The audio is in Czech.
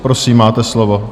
Prosím, máte slovo.